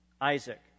Isaac